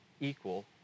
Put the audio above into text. equal